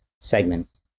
segments